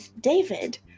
David